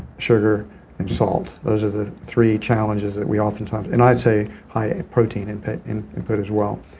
sugar and salt. those are the three challenges that we often times. and i'd say high ah protein and but as well.